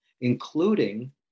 including